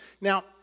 Now